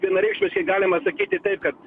vienareikšmiškai galima sakyti taip kad